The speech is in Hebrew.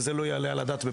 וזה לא יעלה על הדעת.